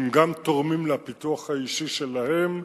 הם גם תורמים לפיתוח האישי שלהם,